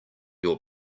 your